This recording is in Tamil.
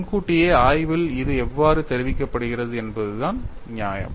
முன்கூட்டியே ஆய்வில் இது எவ்வாறு தெரிவிக்கப்படுகிறது என்பதுதான் நியாயம்